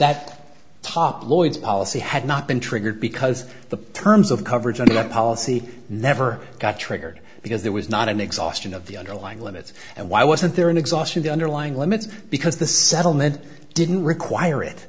that top lloyd's policy had not been triggered because the terms of coverage of that policy never got triggered because there was not an exhaustion of the underlying limits and why wasn't there an exhaustion the underlying limits because the settlement didn't require it